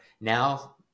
now